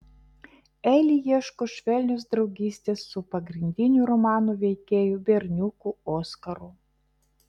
eli ieško švelnios draugystės su pagrindiniu romano veikėju berniuku oskaru